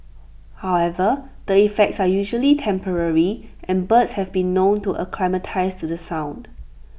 however the effects are usually temporary and birds have been known to acclimatise to the sound